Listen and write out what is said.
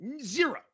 Zero